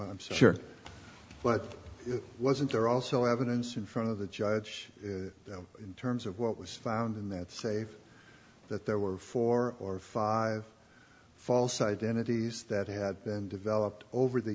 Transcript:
i'm sure but wasn't there also evidence in front of the judge terms of what was in that safe that there were four or five false identities that had been developed over the